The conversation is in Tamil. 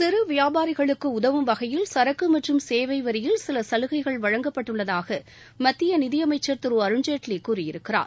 சிறு வியாபாரிகளுக்கு உதவும் வகையில் சரக்கு மற்றும் சேவை வரியில் சில சலுகைகள் வழங்கப்பட்டுள்ளதாக மத்திய நிதி அமைச்சர் திரு அருண் ஜேட்லி கூறியிருக்கிறார்